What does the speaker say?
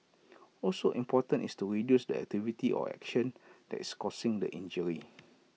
also important is to reduce the activity or action that is causing the injury